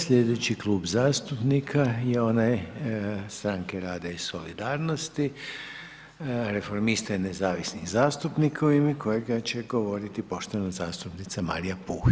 Sljedeći klub zastupnika je onaj Stranke rada i solidarnosti, reformista i nezavisnih zastupnika u ime kojega će govoriti poštovana zastupnica Marija Puh.